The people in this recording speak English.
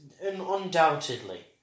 undoubtedly